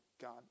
God